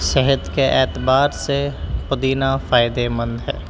صحت کے اعتبار سے پودینہ فائدے مند ہے